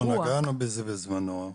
אנחנו נגענו בזה בזמנו,